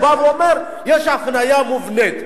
הוא בא ואומר: יש אפליה מובנית.